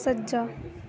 ਸੱਜਾ